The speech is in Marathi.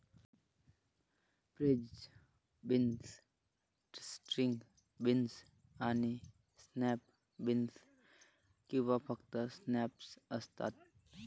फ्रेंच बीन्स, स्ट्रिंग बीन्स आणि स्नॅप बीन्स किंवा फक्त स्नॅप्स असतात